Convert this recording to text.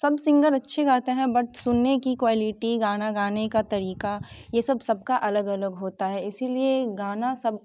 सब सिंगर अच्छे गाते हैं बट सुनने की क्वालिटी गाना गाने का तरीका ये सब सबका अलग अलग होता है इसीलिए गाना सब